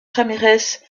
ramírez